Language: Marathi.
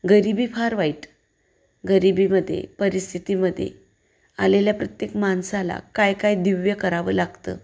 गरिबी फार वाईट गरिबीमध्ये परिस्थितीमध्ये आलेल्या प्रत्येक माणसाला काय काय दिव्य करावं लागतं